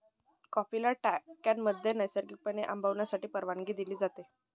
कॉफीला टाक्यांमध्ये नैसर्गिकपणे आंबवण्यासाठी परवानगी दिली जाते